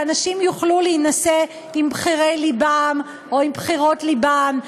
שאנשים יוכלו להינשא עם בחירי לבם או עם בחירות לבן,